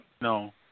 No